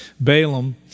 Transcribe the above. Balaam